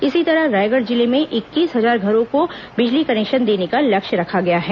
इसी तरह रायगढ़ जिले में इक्कीस हजार घरों को बिजली कनेक्शन देने का लक्ष्य रखा गया है